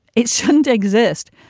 it shouldn't exist.